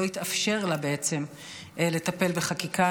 לא התאפשר לה בעצם לטפל בחקיקה,